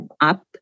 up